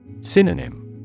Synonym